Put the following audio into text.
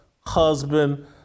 husband